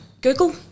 Google